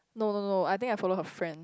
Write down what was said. no no no I think I follow her friend